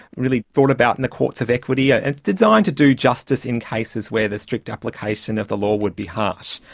really brought about in the courts of equity, ah and it's designed to do justice in cases where the strict application of the law would be harsh.